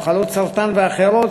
מחלות סרטן ואחרות,